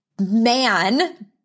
man